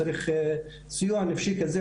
אני רוצה לשאול מה קורה עם הכפרים הלא מוכרים,